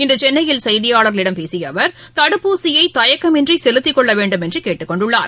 இன்றுசென்னையில் செய்தியாளர்களிடம் பேசியஅவர் தடுப்பூசியைதயக்கமின்றிசெலுத்திக் கொள்ளவேண்டுமென்றுகேட்டுக் கொண்டுள்ளார்